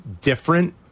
different